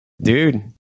Dude